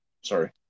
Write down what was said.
Sorry